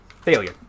Failure